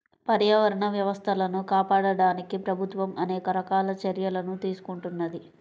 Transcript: పర్యావరణ వ్యవస్థలను కాపాడడానికి ప్రభుత్వం అనేక రకాల చర్యలను తీసుకుంటున్నది